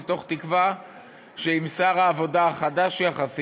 מתוך תקווה שעם שר העבודה החדש-יחסית,